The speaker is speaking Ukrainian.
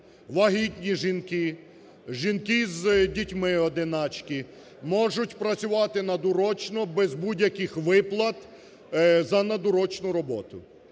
вагітні жінки, жінки з дітьми, одиначки можуть працювати надурочно без будь-яких виплат за надурочну роботу.